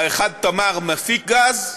האחד, תמר, מפיק גז.